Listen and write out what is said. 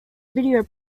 video